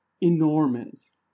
enormous